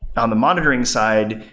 on the monitoring side,